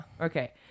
okay